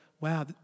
wow